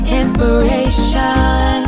inspiration